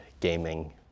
gaming